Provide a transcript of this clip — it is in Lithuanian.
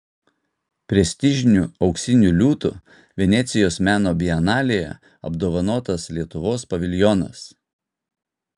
prestižiniu auksiniu liūtu venecijos meno bienalėje apdovanotas lietuvos paviljonas